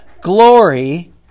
glory